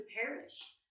perish